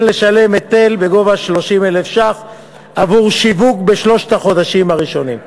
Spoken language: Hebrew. וכן לשלם היטל בגובה 30,000 ש"ח עבור שיווק בשלושת החודשים הראשונים.